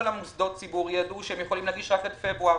כל מוסדות הציבור ידעו שהם יכולים להגיש רק עד פברואר.